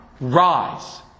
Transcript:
Rise